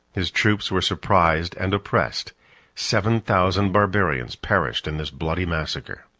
his troops were surprised and oppressed seven thousand barbarians perished in this bloody massacre.